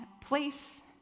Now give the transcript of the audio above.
place